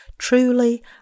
Truly